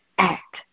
act